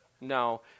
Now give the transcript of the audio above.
No